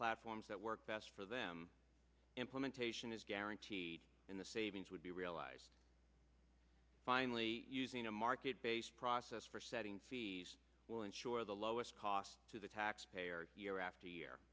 platforms that work best for them implementation is guaranteed in the savings would be realized finally using a market based process for setting fees will insure the lowest cost to the taxpayer year after year